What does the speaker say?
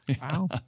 Wow